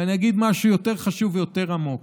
ואני אגיד משהו יותר חשוב ויותר עמוק: